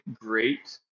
great